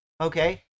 Okay